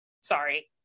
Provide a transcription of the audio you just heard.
sorry